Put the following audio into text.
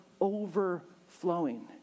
overflowing